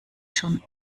schon